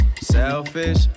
selfish